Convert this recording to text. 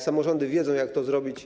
Samorządy wiedzą, jak to zrobić.